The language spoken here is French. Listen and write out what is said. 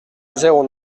zéro